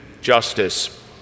justice